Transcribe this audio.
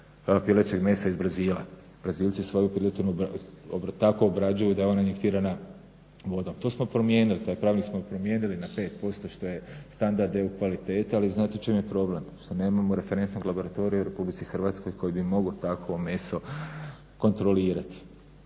mislim pilećeg mesa iz Brazila. Brazilci svoju piletinu tako obrađuju da je ona injektirana vodom. To smo promijenili, taj pravilnik smo promijenili na 5% što je standard EU kvalitete. Ali, znate u čemu je problem? Što nemamo referentnog laboratorija u RH koji bi mogao takvo meso kontrolirati.